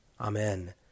Amen